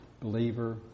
believer